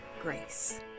grace